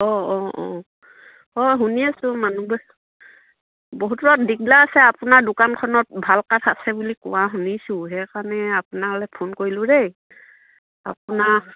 অঁ অঁ অঁ হয় শুনি আছো মানুহবোৰে বহুতত আছে আপোনাৰ দোকানখনত ভাল কাঠ আছে বুলি কোৱা শুনিছোঁ সেইকাৰণে আপোন হ'লে ফোন কৰিলোঁ দেই আপোনাক